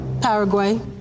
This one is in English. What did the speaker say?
Paraguay